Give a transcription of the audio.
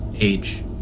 Age